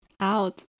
out